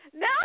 No